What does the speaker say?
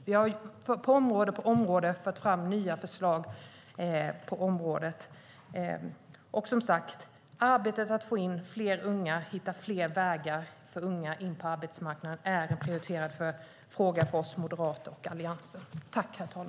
Vi har på område efter område fört fram nya förslag. Och, som sagt, arbetet med att få in fler unga och att hitta fler vägar in på arbetsmarknaden för unga är prioriterat för oss moderater och Alliansen.